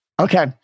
okay